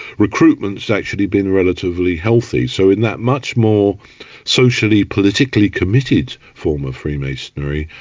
recruitment's actually been relatively healthy, so in that much more socially politically committed form of freemasonry,